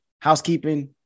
housekeeping